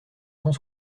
cent